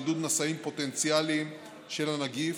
בידוד נשאים פוטנציאליים של הנגיף,